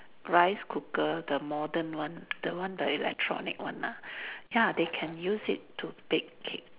rice cooker the modern one the one the electronic one ah ya they can use it to bake cake